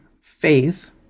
faith